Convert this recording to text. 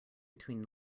between